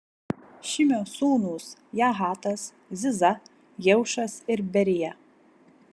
šimio sūnūs jahatas ziza jeušas ir berija